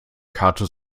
karte